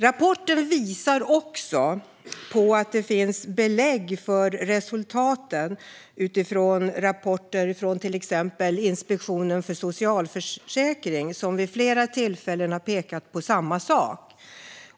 Rapporten visar också att det finns belägg för resultaten i rapporter från till exempel Inspektionen för socialförsäkringen, som vid flera tillfällen har pekat på samma sak.